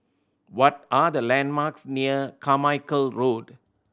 what are the landmarks near Carmichael Road